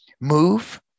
move